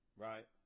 Right